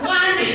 one